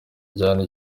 ajyana